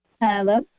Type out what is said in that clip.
Hello